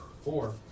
Four